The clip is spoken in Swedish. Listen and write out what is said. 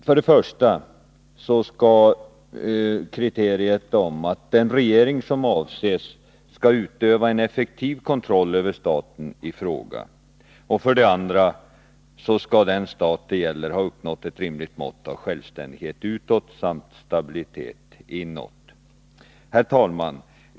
För det första skall kriteriet att den regering som avses skall utöva en effektiv kontroll över staten i fråga vara uppfyllt, och för det andra skall den stat det gäller ha uppnått ett rimligt mått av självständighet utåt samt stabilitet inåt. Herr talman!